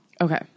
Okay